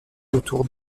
autour